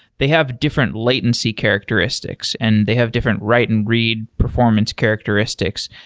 they have different latency characteristics, and they have different write and read performance characteristics.